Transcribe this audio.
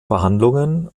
verhandlungen